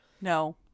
No